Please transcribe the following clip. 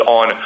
on